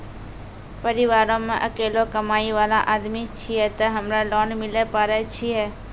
परिवारों मे अकेलो कमाई वाला आदमी छियै ते हमरा लोन मिले पारे छियै?